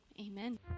amen